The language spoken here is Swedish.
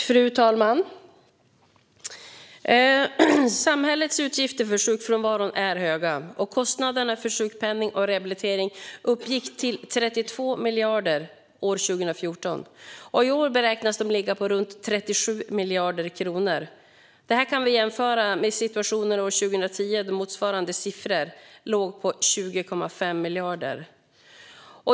Fru talman! Samhällets utgifter för sjukfrånvaron är höga. Kostnaderna för sjukpenning och rehabilitering uppgick till 32 miljarder år 2014. I år beräknas de ligga på runt 37 miljarder kronor. Detta kan jämföras med situationen år 2010, då motsvarande siffror låg på 20,5 miljarder.